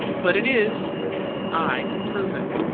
but it is i can prove it!